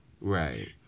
Right